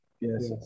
Yes